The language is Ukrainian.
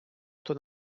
хто